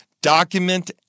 Document